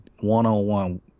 one-on-one